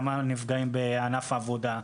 כמה נפגעים היו בענף הבנייה,